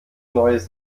neues